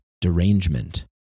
derangement